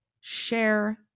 share